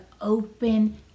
open